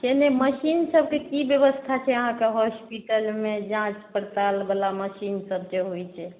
से नहि मशीन सबके कि बेबस्था छै अहाँके हॉसपिटलमे जाँच पड़तालवला मशीनसब जे होइ छै